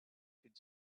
could